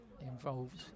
involved